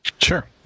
Sure